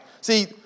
See